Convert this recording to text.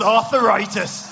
Arthritis